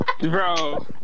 Bro